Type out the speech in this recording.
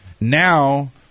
now